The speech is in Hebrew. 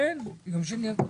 יום שני הקרוב?